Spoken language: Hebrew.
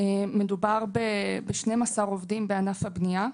מדובר ב-12 עובדים בענף הבנייה,